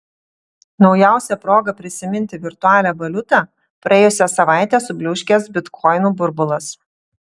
naujausia proga prisiminti virtualią valiutą praėjusią savaitę subliūškęs bitkoinų burbulas